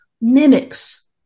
mimics